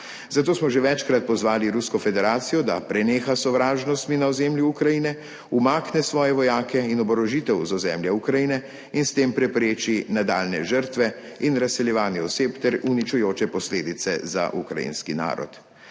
Zato smo že večkrat pozvali Rusko federacijo, da preneha s sovražnostmi na ozemlju Ukrajine, umakne svoje vojake in oborožitev z ozemlja Ukrajine in s tem prepreči nadaljnje žrtve in razseljevanje oseb ter uničujoče posledice za ukrajinski narod.